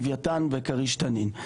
לווייתן וכריש-תנין.